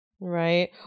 Right